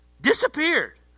disappeared